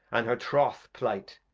and her troth plight,